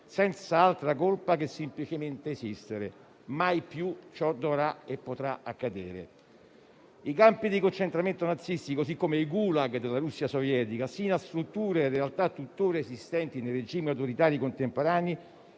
senza altra colpa che semplicemente esistere. Mai più ciò dovrà e potrà accadere. I campi di concentramento nazisti, così come i *gulag* della Russia sovietica, fino a strutture in realtà tutt'ora esistenti nei regimi autoritari contemporanei,